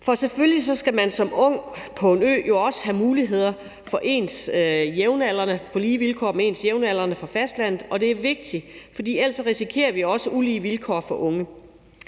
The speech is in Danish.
Selvfølgelig skal man som ung på en ø have muligheder på lige vilkår med ens jævnaldrende på fastlandet. Det er vigtigt, for ellers risikerer vi også ulige vilkår for unge.